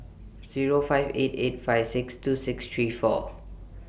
Zero five eight eight five six two six three four